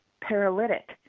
paralytic